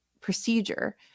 procedure